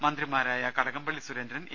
മന്ത്രിമാരായ കടകംപള്ളി സുരേന്ദ്രൻ എ